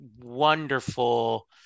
wonderful